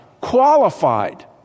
qualified